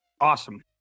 Awesome